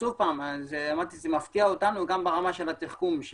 זה מפתיע אותנו גם ברמת התחכום,